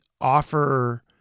offer